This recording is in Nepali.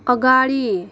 अगाडि